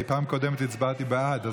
כי בפעם הקודמת הצבעתי בעד,